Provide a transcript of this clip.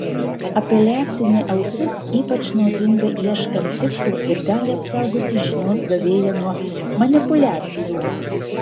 apeliacinė ausis ypač naudinga ieškant tikslo ir gali apsaugoti žinios gavėją nuo manipuliacijų